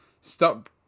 stop